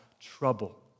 trouble